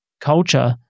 culture